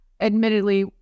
admittedly